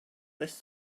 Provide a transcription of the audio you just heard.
this